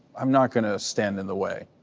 i'm not going to stand in the way,